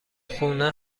خونه